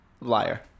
Liar